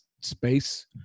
space